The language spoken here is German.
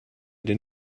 den